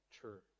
true